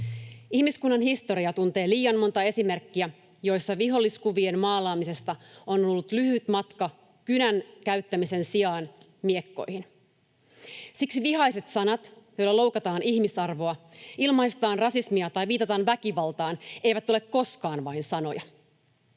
Ihmiskunnan historia tuntee liian monta esimerkkiä, joissa viholliskuvien maalaamisesta on ollut lyhyt matka kynän käyttämisen sijasta miekkojen käyttämiseen. Siksi vihaiset sanat, joilla loukataan ihmisarvoa, ilmaistaan rasismia tai viitataan väkivaltaan, eivät ole koskaan vain sanoja.